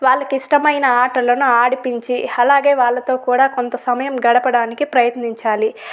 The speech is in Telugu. వాళ్లకి ఇష్టమైన ఆటలను ఆడిపించి అలాగే వాళ్లతో కూడా కొంత సమయం గడపడానికి ప్రయత్నించాలి